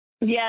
Yes